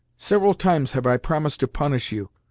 several times have i promised to punish you,